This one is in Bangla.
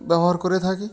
ব্যবহার করে থাকি